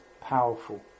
powerful